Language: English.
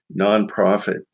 nonprofit